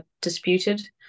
disputed